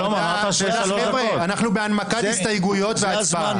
אנחנו בהנמקת הסתייגויות והצבעה.